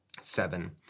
Seven